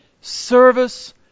service